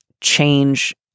change